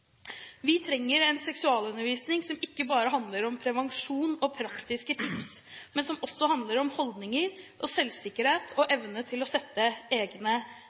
Vi trenger en seksualundervisning som ikke bare handler om prevensjon og praktiske tips, men som også handler om holdninger, selvsikkerhet og evne til å sette egne